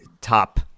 top